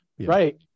right